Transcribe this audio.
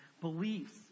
beliefs